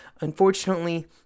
Unfortunately